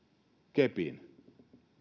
kepin